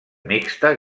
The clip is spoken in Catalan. mixta